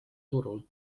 turul